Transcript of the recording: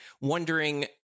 wondering